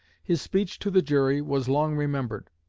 his speech to the jury was long remembered.